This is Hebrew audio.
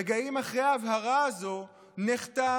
רגעים אחרי ההבהרה הזו נחתם